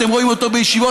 אתם רואים אותו בישיבות.